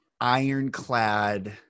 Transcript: Ironclad